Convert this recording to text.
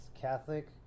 Catholic